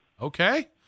Okay